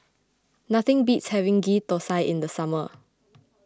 nothing beats having Ghee Thosai in the summer